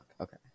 Okay